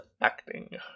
acting